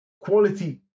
quality